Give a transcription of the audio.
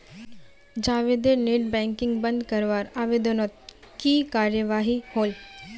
जावेदेर net banking बंद करवार आवेदनोत की कार्यवाही होल?